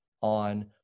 on